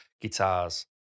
guitars